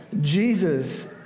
Jesus